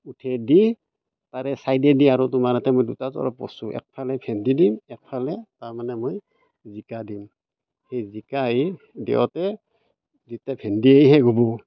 উঠাই দি তাৰে ছাইডেদি তোমাৰ আৰু এটা মই দুটা তৰপ কৰিছোঁ একফালে ভেন্দি দিম একফালে তাৰমানে মই জিকা দিম সেই জিকাই দিওঁতে যেতিয়া ভেন্দিয়ে শেষ হ'ব